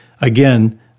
Again